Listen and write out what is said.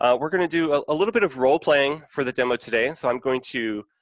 ah we're going to do a little bit of role-playing for the demo today, so i'm going to,